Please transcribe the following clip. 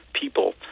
people